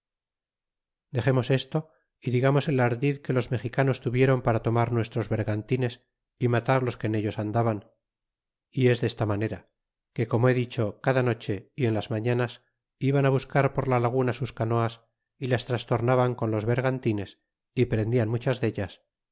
dexemos esto y digamos el ardid que los mexicanos tuvieron para tomar nuestros bergantines y matar los que en ellos andaban y es desta manera que como he dicho cada noche y en las mañanas iban buscar por la laguna sus canoas y las trastornaban con los bergantines y prendian muchas dellas